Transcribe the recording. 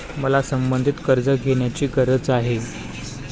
मला संबंधित कर्ज घेण्याची गरज आहे